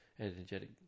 energetic